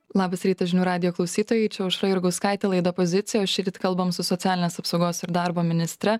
labas rytas žinių radijo klausytojai čia aušra jurgauskaitė laida pozicija o šįryt kalbam su socialinės apsaugos ir darbo ministre